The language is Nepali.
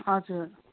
हजुर